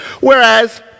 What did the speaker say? Whereas